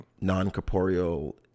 Non-corporeal